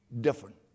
different